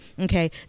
okay